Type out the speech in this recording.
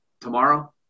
tomorrow